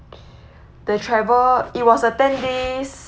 the travel it was a ten days